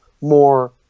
more